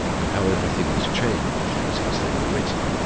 and how everything has changed since they were written.